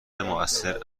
موثر